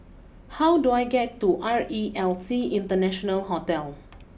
how do I get to R E L C International Hotel